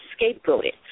scapegoated